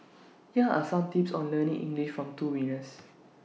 here are some tips on learning English from two winners